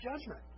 judgment